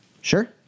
Sure